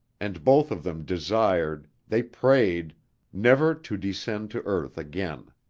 and both of them desired they prayed never to descend to earth again.